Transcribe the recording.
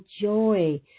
joy